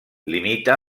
limita